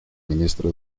ministro